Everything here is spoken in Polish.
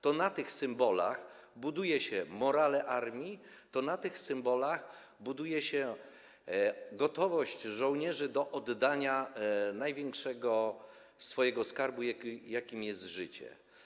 To na tych symbolach buduje się morale armii, to na tych symbolach buduje się gotowość żołnierzy do oddania największego swojego skarbu, jakim jest życie.